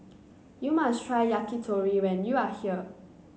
you must try Yakitori when you are here